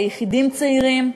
ליחידים צעירים.